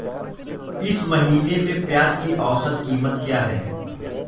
इस महीने में प्याज की औसत कीमत क्या है?